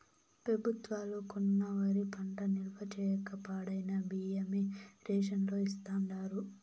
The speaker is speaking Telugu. పెబుత్వాలు కొన్న వరి పంట నిల్వ చేయక పాడైన బియ్యమే రేషన్ లో ఇస్తాండారు